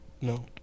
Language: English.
No